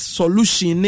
solution